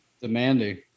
Demanding